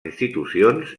institucions